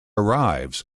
arrives